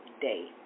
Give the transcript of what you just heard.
day